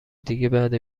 دیگه، بعد